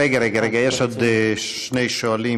רגע, רגע, רגע, יש עוד שני שואלים,